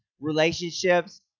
relationships